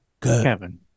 Kevin